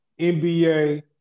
NBA